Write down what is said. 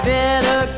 better